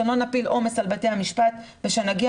שלא נפיל עומס על בתי המשפט ושנגיע